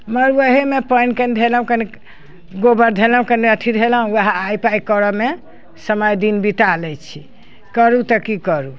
मगर ओहिमे पानि कनि धेलहुँ कनि गोबर धेलहुँ कनि अथी धेलहुँ वएह आहि पाहि करऽमे समय दिन बिता लै छी करू तऽ कि करू